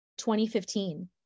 2015